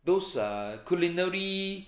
those uh culinary